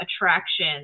attraction